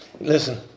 Listen